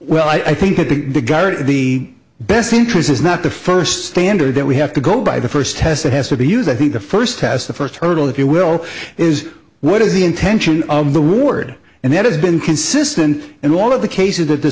well i think at the bigart the best interest is not the first standard that we have to go by the first test that has to be used i think the first test the first hurdle if you will is what is the intention of the word and that has been consistent in all of the cases that the